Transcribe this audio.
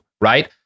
Right